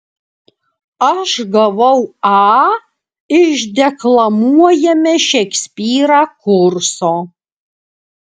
aš gavau a iš deklamuojame šekspyrą kurso